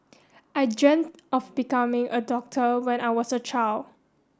I dreamt of becoming a doctor when I was a child